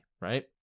Right